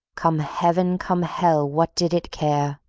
come heav'n, come hell, what did it care?